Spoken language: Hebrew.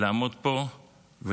לעמוד פה ולשתוק,